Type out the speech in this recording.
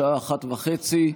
בשעה 13:30,